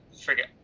forget